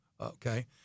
okay